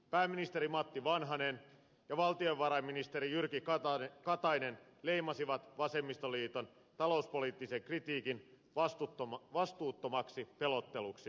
pääministeri matti vanhanen ja valtiovarainministeri jyrki katainen leimasivat vasemmistoliiton talouspoliittisen kritiikin vastuuttomaksi pelotteluksi